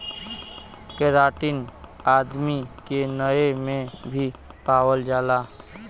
keratin आदमी के नहे में भी पावल जाला